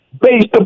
based